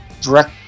direct